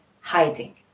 hiding